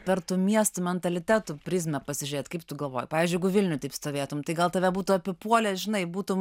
per tų miestų mentalitetų prizmę pasižiūrėt kaip tu galvoji pavyzdžiui jeigu vilniuj taip stovėtum tai gal tave būtų apipuolę žinai būtum